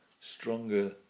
stronger